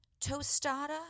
tostada